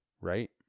right